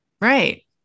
right